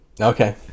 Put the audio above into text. Okay